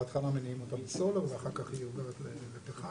בהתחלה מניעים אותה בסולר ואחר כך היא עוברת לפחם.